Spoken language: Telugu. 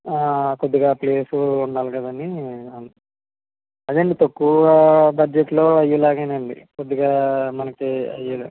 కొద్దిగా ప్లేస్ ఉండాలి కదా అని అదేనండి తక్కువ బడ్జెట్లో అయ్యేలాగనే అండి కొద్దిగా మనకి అయ్యేలా